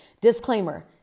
Disclaimer